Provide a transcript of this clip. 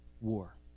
war